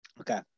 Okay